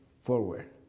forward